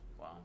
Wow